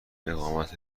اقامت